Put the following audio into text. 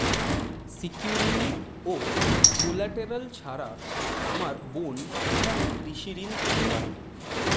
Security ও collateral ছাড়া আমার বোন কিভাবে কৃষি ঋন পেতে পারে?